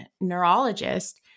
neurologist